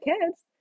kids